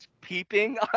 peeping